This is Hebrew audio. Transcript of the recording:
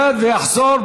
ירד ויחזור.